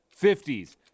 50s